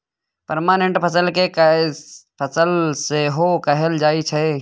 permanent फसल केँ कैस फसल सेहो कहल जाइ छै